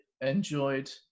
enjoyed